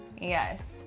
Yes